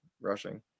rushing